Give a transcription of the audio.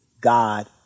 God